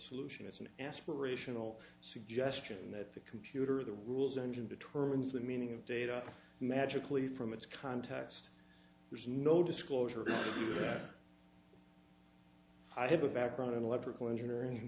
solution it's an aspirational suggestion that the computer the rules engine determines the meaning of data magically from its context there's no disclosure i have a background in electrical engineering